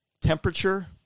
temperature